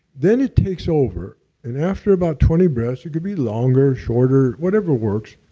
then it takes over and after about twenty breaths, it can be longer, shorter, whatever works.